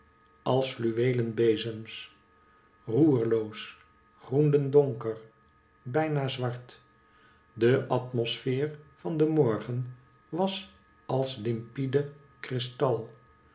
als fluweelen bezems roerloos groenden donker bijna zwart de atmosfeer van den morgen was als limpide kristal